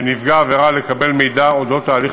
של נפגע עבירה לקבל מידע על אודות ההליך